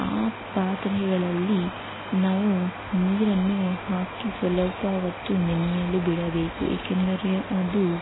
ಆ ಪಾತ್ರೆಗಳಲ್ಲಿ ನಾವು ನೀರನ್ನು ಹಾಕಿ ಸ್ವಲ್ಪ ಹೊತ್ತು ನೆನೆಯಲು ಬಿಡಬೇಕು ಏಕೆಂದರೆ ಅದು